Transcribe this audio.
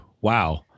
Wow